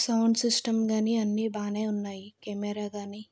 sound system కానీ అన్నీ బాగానే ఉన్నాయి కెమెరా కానీ